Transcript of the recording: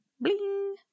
bling